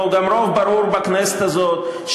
והוא גם רוב ברור בכנסת הזאת,